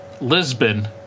Lisbon